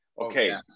okay